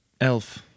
elf